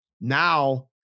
now